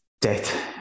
death